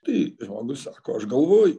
tai žmogus sako aš galvoju